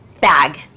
bag